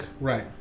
Right